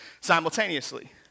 simultaneously